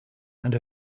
and